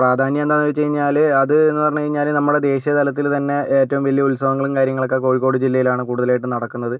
പ്രാധാന്യം എന്താന്ന് വച്ചു കഴിഞ്ഞാല് അത് എന്ന് പറഞ്ഞ് കഴിഞ്ഞാല് നമ്മുടെ ദേശീയതലത്തിൽ തന്നെ ഏറ്റവും വലിയ ഉത്സവങ്ങളും കാര്യങ്ങളൊക്കെ കോഴിക്കോട് ജില്ലയിലാണ് കൂടുതലായിട്ട് നടക്കുന്നത്